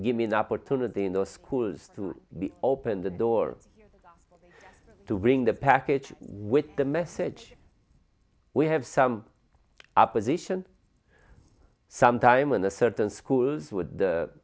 give me an opportunity in the schools to open the door to bring the package with the message we have some opposition some time in a certain schools with the